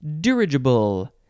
dirigible